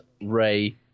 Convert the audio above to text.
Ray